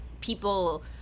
people